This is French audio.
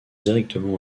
directement